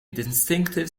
distinctive